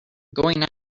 going